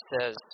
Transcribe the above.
says